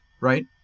right